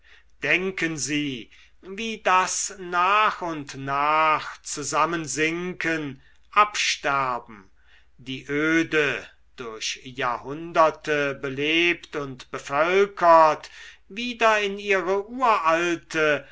denken sie wie das nach und nach zusammensinken absterben die öde durch jahrhunderte belebt und bevölkert wieder in ihre uralte